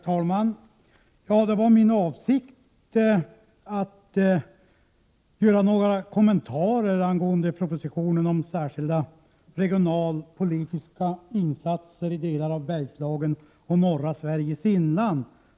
Herr talman! Det var min avsikt att göra några kommentarer till propositionen om särskilda regionalpolitiska insatser i delar av Bergslagen och norra Sveriges inland.